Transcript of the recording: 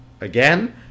again